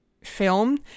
film